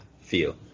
feel